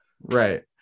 Right